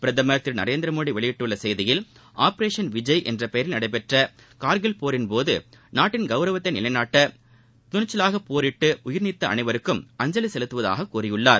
பிரதமர் திரு நரேந்திர மோடி வெளியிட்டுள்ள செய்தியில் ஆபரேஷன் விஜய் என்ற பெயரில் நடடபெற்ற கார்கில் போரின் போது நாட்டின் கௌரவத்தை நிலைநாட்ட துணிக்கலுடன் போரிட்டு உயிர் நீத்த அனைவருக்கும் அஞ்சலி செலுத்துவதாகக் கூறியுள்ளார்